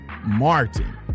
Martin